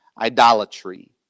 idolatry